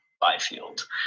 Byfield